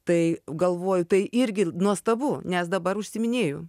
tai galvoju tai irgi nuostabu nes dabar užsiiminėju